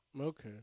Okay